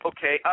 Okay